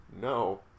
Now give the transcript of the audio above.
no